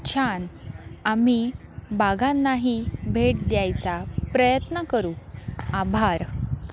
छान आम्ही बागांनाही भेट द्यायचा प्रयत्न करू आभार